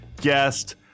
guest